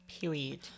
Period